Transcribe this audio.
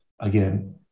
again